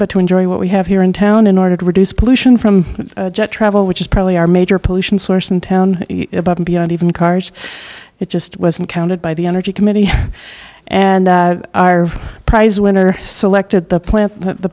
but to enjoy what we have here in town in order to reduce pollution from jet travel which is probably our major pollution source in town and beyond even cars it just wasn't counted by the energy committee and our prize winner selected the plan the